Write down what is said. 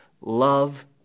Love